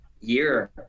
year